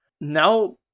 Now